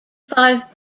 five